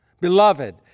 beloved